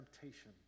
temptation